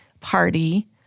party